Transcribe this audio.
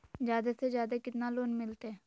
जादे से जादे कितना लोन मिलते?